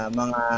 mga